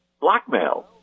blackmail